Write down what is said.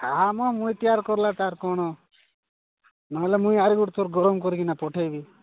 ଆ ମ ମୁଇଁ ତିଆରି କଲେ ତାର କ'ଣ ନ ହେଲେ ମୁଁ ଆଉ ଗୋଟେ ଥର ଗରମ କରି କିନା ପଠେଇବି